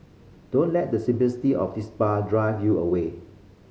don't let the simplicity of this bar drive you away